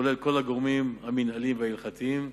כולל כל הגורמים המינהליים וההלכתיים.